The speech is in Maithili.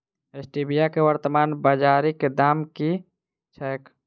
स्टीबिया केँ वर्तमान बाजारीक दाम की छैक?